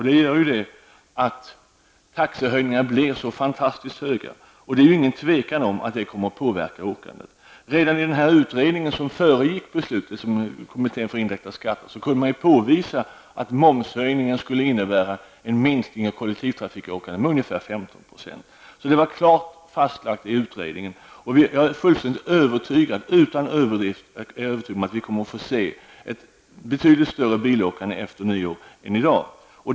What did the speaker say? Det innebär att taxehöjningarna blir fantastiskt höga. Det råder inget tvivel om att det kommer att påverka åkandet. Redan den utredning som föregick beslutet, kommittén för indirekta skatter, kunde påvisa att momshöjningen skulle innebära en minskning av kollektivtrafikåkandet med ungefär 15 %. Det var klart fastlagt i utredningen. Utan överdrift kan jag säga att jag är övertygad om att vi, jämfört med i dag, kommer att få se ett betydligt ökat bilåkande efter nyår.